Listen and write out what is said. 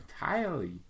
entirely